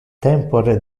tempore